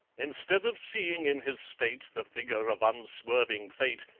instead of seeing in his state the finger of unswerving fate,